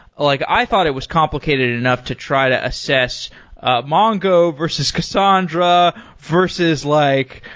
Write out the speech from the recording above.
like i thought it was complicated enough to try to assess ah mongo versus cassandra versus like